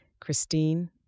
Christine